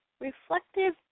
reflective